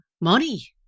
money